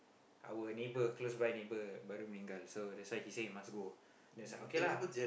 our neighbour close by neighbour baru meninggal so that's why he say must go then I was like okay lah